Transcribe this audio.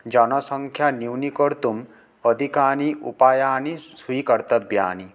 जनसंख्यां न्यूनीकर्तुम् अधिकानि उपायानि स्वीकर्तव्यानि